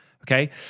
okay